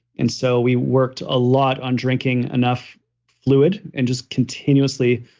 and so we worked a lot on drinking enough fluid and just continuously